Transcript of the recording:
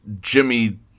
Jimmy